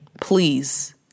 Please